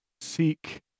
seek